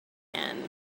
again